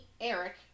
Eric